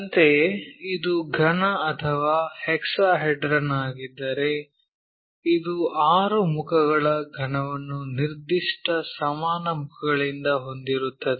ಅಂತೆಯೇ ಇದು ಘನ ಅಥವಾ ಹೆಕ್ಸಾಹೆಡ್ರನ್ ಆಗಿದ್ದರೆ ಇದು ಆರು ಮುಖಗಳ ಘನವನ್ನು ನಿರ್ದಿಷ್ಟ ಸಮಾನ ಮುಖಗಳಿಂದ ಹೊಂದಿರುತ್ತದೆ